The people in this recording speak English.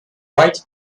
right